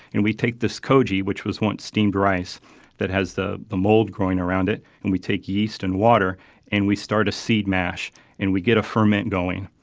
we take this koji, which was once steamed rice that has the the mold growing around it, and we take yeast and water and we start a seed mash and we get a ferment going.